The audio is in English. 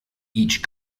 each